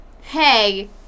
hey